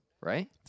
right